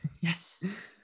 Yes